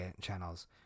channels